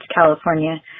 california